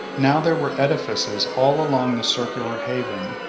now there were edifices all along the circular haven,